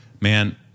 man-